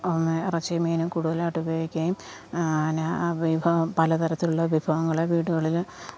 ഇറച്ചിയും മീനും കൂടുതലായിട്ട് ഉപയോഗിക്കുകയും അനാ വിഭവം പല തരത്തിലുള്ള വിഭവങ്ങൾ വീടുകളിൽ